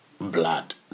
blood